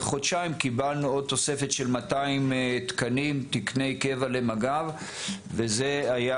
חודשיים קיבלנו תוספת של 200 תקני קבע למג"ב וזה היה